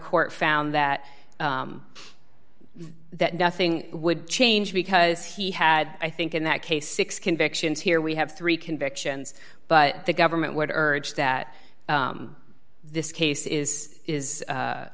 court found that that nothing would change because he had i think in that case six convictions here we have three convictions but the government would urge that this case is is